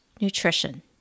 nutrition